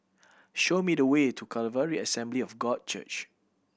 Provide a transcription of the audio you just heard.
show me the way to Calvary Assembly of God Church